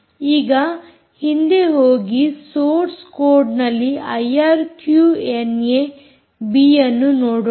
ಈಗ ಹಿಂದೆ ಹೋಗಿ ಸೋರ್ಸ್ ಕೋಡ್ನಲ್ಲಿ ಐಆರ್ಕ್ಯೂಎನ್ಏ ಬಿ ಯನ್ನು ನೋಡೋಣ